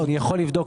אני יכול לבדוק.